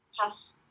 yes